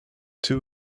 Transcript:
two